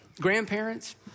grandparents